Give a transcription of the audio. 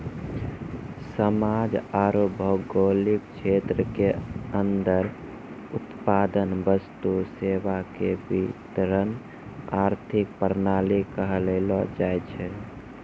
समाज आरू भौगोलिक क्षेत्र के अन्दर उत्पादन वस्तु सेवा के वितरण आर्थिक प्रणाली कहलो जायछै